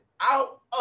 out